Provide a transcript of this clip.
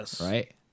right